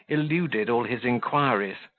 eluded all his inquiries,